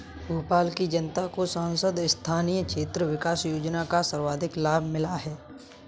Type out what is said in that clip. भोपाल की जनता को सांसद स्थानीय क्षेत्र विकास योजना का सर्वाधिक लाभ मिला है